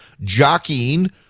jockeying